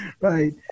right